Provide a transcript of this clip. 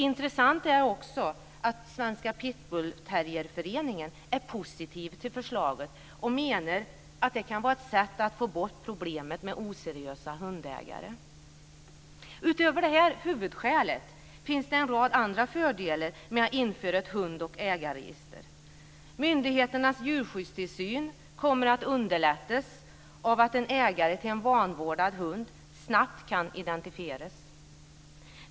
Intressant är också att Svenska pitbullterrierföreningen är positiv till förslaget och menar att det kan vara ett sätt att få bort problemet med oseriösa hundägare. Utöver detta huvudskäl finns en rad andra fördelar med att införa ett hund och ägarregister. Myndigheternas djurskyddstillsyn kommer att underlättas av att en ägare till en vanvårdad hund snabbt kan identifieras.